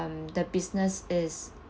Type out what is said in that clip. um the business is